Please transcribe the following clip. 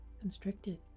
Constricted